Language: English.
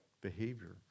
behavior